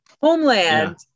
Homeland